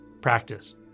practice